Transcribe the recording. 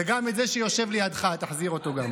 וגם את זה שיושב לידך, תחזיר גם אותו.